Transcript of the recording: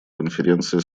конференция